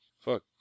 Fuck